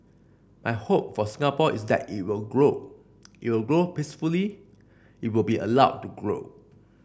my hope for Singapore is that it will grow it will grow peacefully it will be allowed to grow